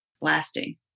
lasting